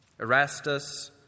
Erastus